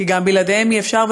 כי גם בלעדיהם אי-אפשר,